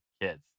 kids